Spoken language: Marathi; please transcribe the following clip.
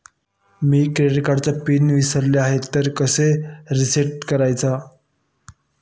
मी क्रेडिट कार्डचा पिन विसरलो आहे तर कसे रीसेट करायचे?